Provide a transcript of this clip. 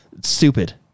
stupid